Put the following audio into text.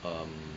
um